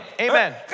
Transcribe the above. Amen